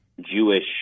Jewish